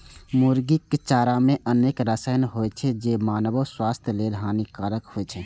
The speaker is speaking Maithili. मुर्गीक चारा मे अनेक रसायन होइ छै, जे मानवो स्वास्थ्य लेल हानिकारक होइ छै